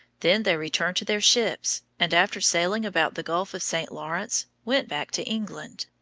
then they returned to their ships, and, after sailing about the gulf of st. lawrence, went back to england.